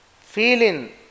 feeling